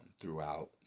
throughout